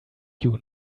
you